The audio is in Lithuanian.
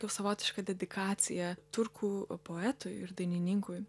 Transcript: kaip savotiška dedikacija turkų poetui ir dainininkui